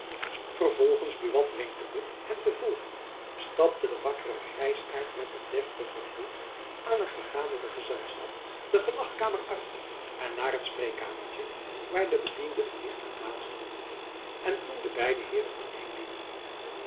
vervolgends buat wenkende hem te volgen stapte de wakkere grijzaart met een deftigen groet aan het vergaderde gezelschap de gelagkamer uit en naar het spreekkamertjen waar de bediende een licht geplaatst had en toen de beide heeren alleen liet